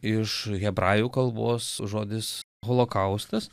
iš hebrajų kalbos žodis holokaustas